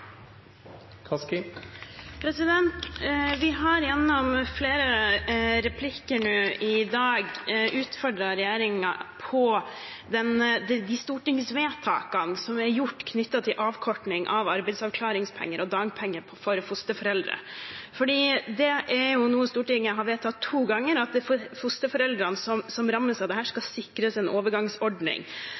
Vi har gjennom flere replikker nå i dag utfordret regjeringen på de stortingsvedtakene som er gjort, knyttet til avkorting av arbeidsavklaringspenger og dagpenger for fosterforeldre. For det er noe Stortinget har vedtatt to ganger, at de fosterforeldrene som rammes av dette, skal sikres en overgangsordning.